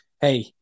hey